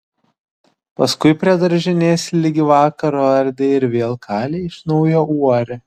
paskui prie daržinės ligi vakaro ardė ir vėl kalė iš naujo uorę